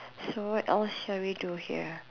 so what else shall we do here